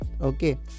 Okay